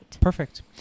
Perfect